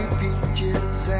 peaches